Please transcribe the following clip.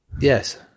Yes